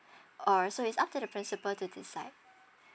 orh so is up to the principal to decide